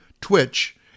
Twitch